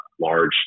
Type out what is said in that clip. large